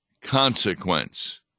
consequence